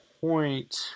point